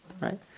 right